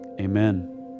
amen